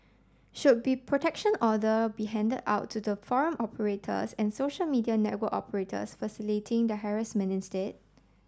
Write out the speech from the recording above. should be protection order be handed out to the forum operators and social media network operators facilitating the harassment instead